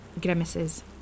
Grimaces